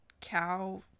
cow